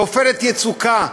ב"עופרת יצוקה"